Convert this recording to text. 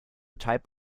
type